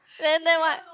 then then what